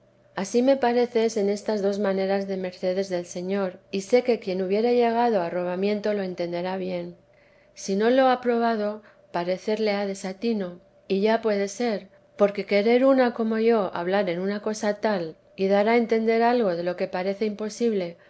ansí me parece es en estas dos maneras de mercedes del señor y sé que quien hubiere llegado a arrobamiento lo entenderá bien si no lo ha probado parecerle ha desatino y ya puede ser porque querer una como yo hablar en una cosa tal y dar a entender algo de lo que parece imposible